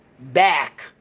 back